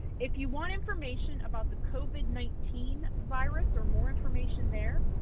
if you want information about the covid nineteen virus or more information there,